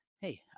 hey